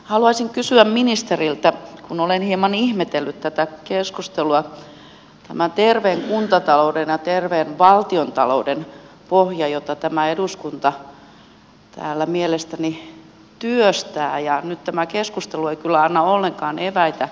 haluaisin kysyä ministeriltä kun olen hieman ihmetellyt tätä keskustelua tämän terveen kuntatalouden ja terveen valtiontalouden pohjaa jota tämä eduskunta täällä mielestäni työstää ja nyt tämä keskustelu ei kyllä anna ollenkaan eväitä tällaiselle terveelle kuntataloudelle